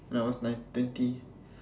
and I was like twenty